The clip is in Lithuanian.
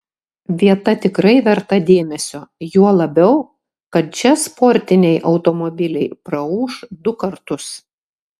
vieta tikrai verta dėmesio juo labiau kad čia sportiniai automobiliai praūš du kartus